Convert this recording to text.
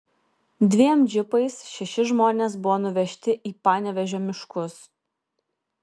dviem džipais šeši žmonės buvo nuvežti į panevėžio miškus